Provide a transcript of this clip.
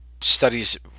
studies